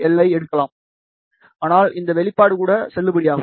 48l ஐ எடுக்கலாம் ஆனால் இந்த வெளிப்பாடு கூட செல்லுபடியாகும்